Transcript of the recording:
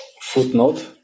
footnote